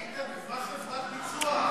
איתן, חברת ביצוע.